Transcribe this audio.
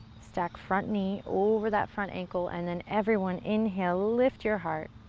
stack front knee over that front ankle and then everyone inhale, lift your heart.